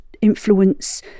influence